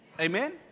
Amen